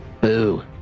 Boo